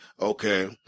okay